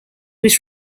was